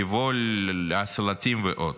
טבעול, סלטים ועוד.